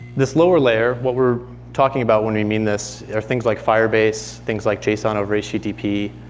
this lower layer, what we're talking about when we mean this are things like firebase things like json over http,